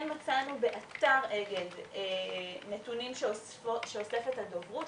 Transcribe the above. כן מצאנו באתר אגד נתונים שאוספת הדוברות,